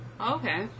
Okay